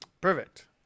Perfect